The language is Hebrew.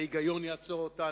ההיגיון יעצור אותנו,